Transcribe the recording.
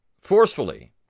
forcefully